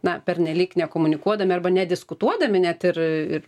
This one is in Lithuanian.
na pernelyg nekomunikuodami arba nediskutuodami net ir ir